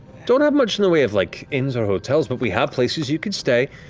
don't have much in the way of, like, inns or hotels, but we have places you could stay.